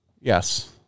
Yes